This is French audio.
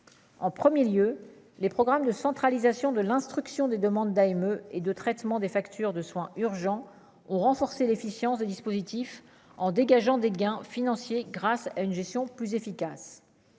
En 1er lieu les programmes de centralisation de l'instruction des demandes d'AME et de traitement des factures de soins urgents ont renforcé l'efficience du dispositif en dégageant des gains financiers grâce à une gestion plus efficace,